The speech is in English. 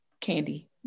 candy